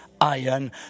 iron